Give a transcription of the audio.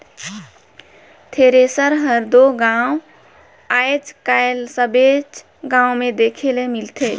thresher हर दो आएज काएल सबेच गाँव मे देखे ले मिलथे